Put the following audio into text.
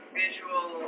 visual